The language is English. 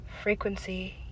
frequency